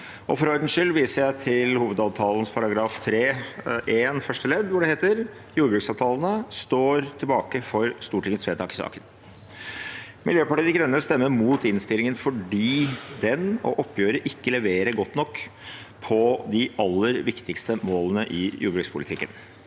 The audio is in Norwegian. For ordens skyld viser jeg til hovedavtalen § 3-1 andre ledd, hvor det står: «Jordbruksavtaler står også forøvrig tilbake for Stortingets vedtak i saken.» Miljøpartiet De Grønne stemmer mot innstillingen fordi den og oppgjøret ikke leverer godt nok på de aller viktigste målene i jordbrukspolitikken.